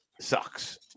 sucks